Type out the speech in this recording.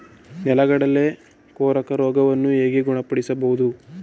ನೆಲಗಡಲೆ ಕೊರಕ ರೋಗವನ್ನು ಹೇಗೆ ಗುಣಪಡಿಸಬಹುದು?